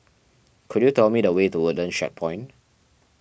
could you tell me the way to Woodlands Checkpoint